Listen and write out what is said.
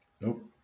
Nope